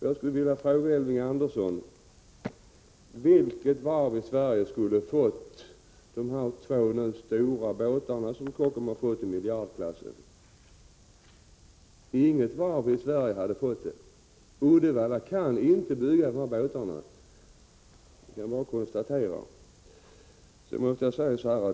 Jag skulle vilja fråga Elving Andersson: Vilket annat varv i Sverige skulle ha fått order på dessa två stora båtar i miljardklassen som Kockums nu har fått? Inget annat varv i Sverige skulle ha fått det. I Uddevalla kan man inte bygga dessa båtar — det är bara att konstatera detta .